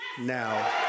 now